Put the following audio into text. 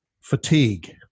fatigue